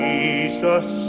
Jesus